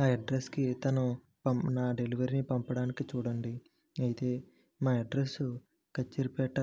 ఆ అడ్రస్ కి తను పంప నా డెలివరీ పంపడానికి చూడండి అయితే మా అడ్రస్ కచ్చేరి పేట